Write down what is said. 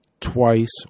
twice